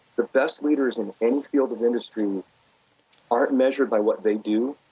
the best leaders in any field of industry aren't measured by what they do.